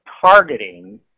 targeting